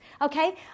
Okay